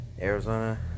Arizona